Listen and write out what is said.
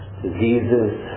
diseases